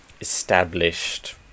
established